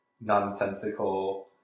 nonsensical